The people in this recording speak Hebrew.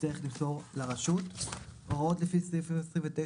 אוסף באמצעותה את